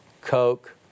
Coke